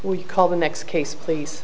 we call the next case please